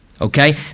okay